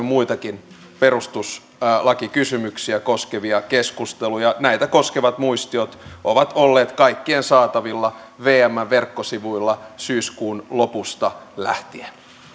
muitakin perustuslakikysymyksiä koskevia keskusteluja näitä koskevat muistiot ovat olleet kaikkien saatavilla vmn verkkosivuilla syyskuun lopusta lähtien